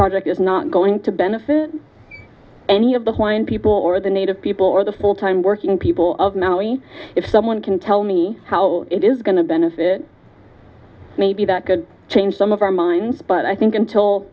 project is not going to benefit any of the white people or the native people or the full time working people of mali if someone can tell me how it is going to benefit maybe that could change some of our minds but i think until